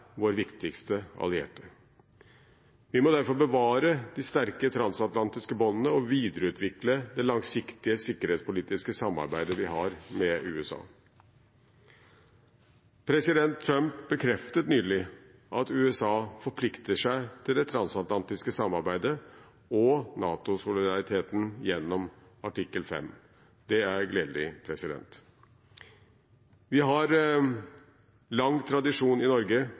vår viktigste allierte. Vi må derfor bevare de sterke transatlantiske båndene og videreutvikle det langsiktige sikkerhetspolitiske samarbeidet vi har med USA. President Trump bekreftet nylig at USA forplikter seg til det transatlantiske samarbeidet og NATO-solidariteten gjennom artikkel 5. Det er gledelig. Vi har lang tradisjon i Norge